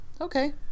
Okay